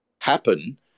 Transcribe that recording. happen